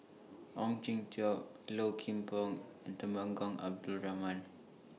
Ong Jin Teong Low Kim Pong and Temenggong Abdul Rahman